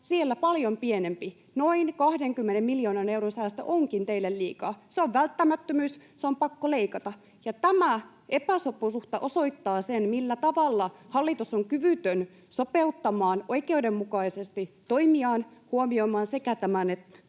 siellä paljon pienempi, noin 20 miljoonan euron säästö onkin teille liikaa, se on välttämättömyys, se on pakko leikata. Tämä epäsopusuhta osoittaa sen, millä tavalla hallitus on kyvytön sopeuttamaan oikeudenmukaisesti toimiaan, huomioimaan sekä tämän